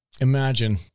Imagine